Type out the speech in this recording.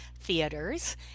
theaters